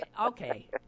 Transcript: Okay